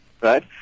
right